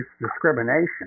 discrimination